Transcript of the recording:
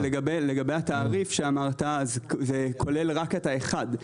לגבי התעריף שאמרת, זה כולל רק ארגון אחד.